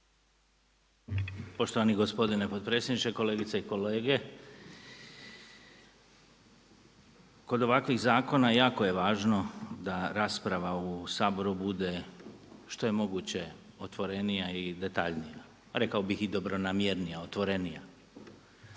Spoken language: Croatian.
Poštovani gospodine potpredsjedniče, kolegice i kolege kod ovakvih zakona jako je važno da rasprava u Saboru bude što je moguće otvorenija i detaljnija. Rekao bih i dobronamjernija, otvorenija.